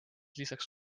lisaks